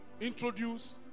introduce